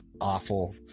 awful